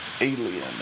alien